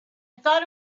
thought